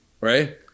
right